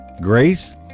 Grace